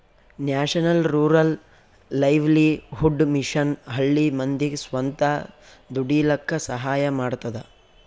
national rural livelihood mission ಹಳ್ಳಿ ಮಂದಿಗ್ ಸ್ವಂತ ದುಡೀಲಕ್ಕ ಸಹಾಯ ಮಾಡ್ತದ